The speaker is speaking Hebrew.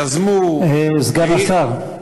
יזמו, סגן השר.